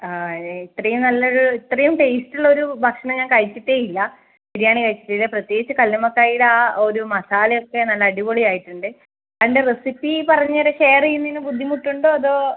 ആ ഞാൻ ഇത്രയും നല്ല ഒരു ഇത്രയും ടേസ്റ്റുള്ള ഒരു ഭക്ഷണം ഞാൻ കഴിച്ചിട്ടേ ഇല്ല ബിരിയാണി കഴിച്ചിട്ടില്ല പ്രത്യേകിച്ച് കല്ലുമ്മക്കായീടെ ആ ഒരു മസാല ഒക്കെ നല്ല അടിപൊളി ആയിട്ട് ഉണ്ട് അതിൻ്റെ റെസിപ്പീ പറഞ്ഞ് ഷെയർ ചെയ്യുന്നതിന് ബുദ്ധിമുട്ട് ഉണ്ടോ അതോ